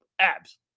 Abs